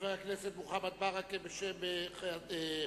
חבר הכנסת מוחמד ברכה בשם חד"ש,